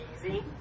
easy